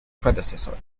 predecessor